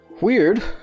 Weird